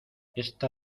esta